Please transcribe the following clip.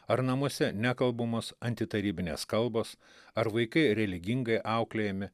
ar namuose nekalbamos antitarybinės kalbos ar vaikai religingai auklėjami